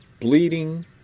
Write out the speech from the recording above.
bleeding